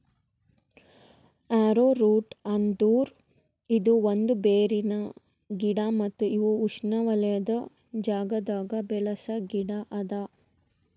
arrowroot ಅಂದುರ್ ಇದು ಒಂದ್ ಬೇರಿನ ಗಿಡ ಮತ್ತ ಇವು ಉಷ್ಣೆವಲಯದ್ ಜಾಗದಾಗ್ ಬೆಳಸ ಗಿಡ ಅದಾ